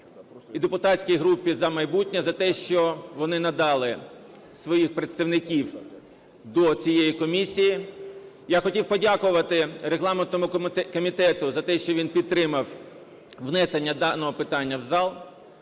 і депутатській групі "За майбутнє" за те, що вони надали своїх представників до цієї комісії. Я хотів подякувати регламентному комітету за те, що він підтримав внесення даного питання в зал.